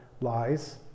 lies